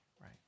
right